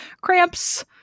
cramps